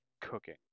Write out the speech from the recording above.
cooking